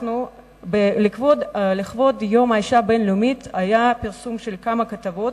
לכבוד יום האשה הבין-לאומי פורסמו כמה כתבות: